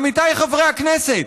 עמיתיי חברי הכנסת,